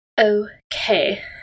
Okay